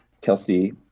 Kelsey